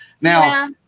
Now-